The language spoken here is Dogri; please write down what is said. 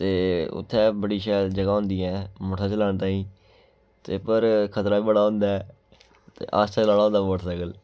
ते उत्थै बड़ी शैल जगह् होंदी ऐ मोटरसैकल चलाने ताईं ते पर खतरा बी बड़ा होंदा ऐ ते आस्ता चलाना होंदा मोटरसैकल